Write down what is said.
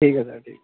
ठीक है सर ठीक